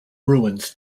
ruins